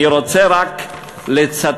אני רוצה רק לצטט,